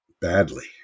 badly